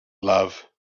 love